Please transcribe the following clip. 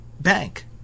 bank